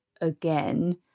again